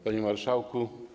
Panie Marszałku!